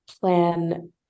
plan